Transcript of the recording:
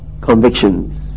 convictions